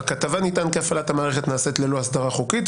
בכתבה נטען כי הפעלת המערכת נעשית ללא הסדרה חוקית,